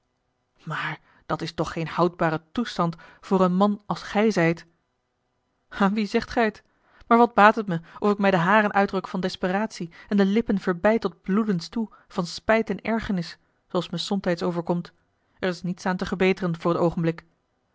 maar dat is toch geen houdbare toestand voor een man als gij zijt aan wien zegt gij het maar wat baat het me of ik mij de haren uitruk van desperatie en de lippen verbijt tot bloedens toe van spijt en ergernis zooals ine somtijds overkomt er is niets aan te gebeteren voor t oogenblik